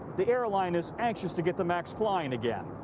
the airline is anxious to get the maxfliing again.